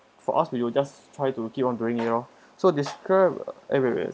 for us we will just try to keep on doing it oh so describe uh wait wait